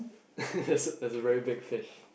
there's a there's a very big fish